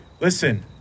Listen